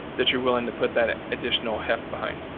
that you're willing to put that additional heft behind.